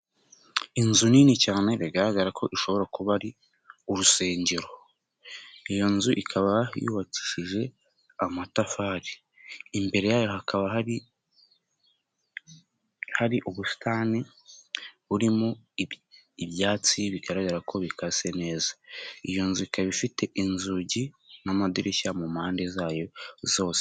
inzu nini cyane bigaragara ko ishobora kuba ari urusengero. Iyo nzu ikaba yubakishije amatafari. Imbere yayo hakaba hari ubusitani burimo ibyatsi bigaragara ko bukase neza. Iyo nzu ikaba ifite inzugi n'amadirishya mu mpande zayo zose.